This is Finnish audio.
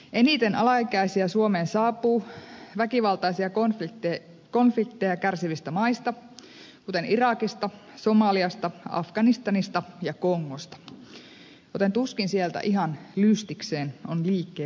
eniten alaikäisiä suomeen saapuu väkivaltaisista konflikteista kärsivistä maista kuten irakista somaliasta afganistanista ja kongosta joten tuskin sieltä ihan lystikseen on liikkeelle lähdetty